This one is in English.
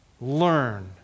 learn